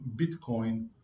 Bitcoin